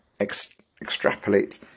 extrapolate